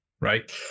Right